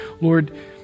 Lord